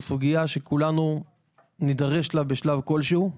סוגייה שכולנו נדרש לה בשלב כל שהוא.